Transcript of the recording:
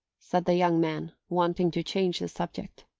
said the young man, wanting to change the subject.